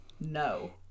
No